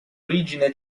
origine